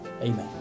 Amen